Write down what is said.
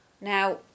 now